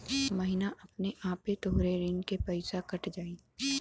महीना अपने आपे तोहरे ऋण के पइसा कट जाई